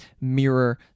mirror